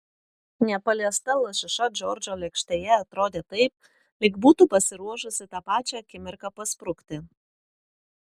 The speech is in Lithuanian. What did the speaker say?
nepaliesta lašiša džordžo lėkštėje atrodė taip lyg būtų pasiruošusi tą pačią akimirką pasprukti